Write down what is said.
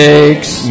Makes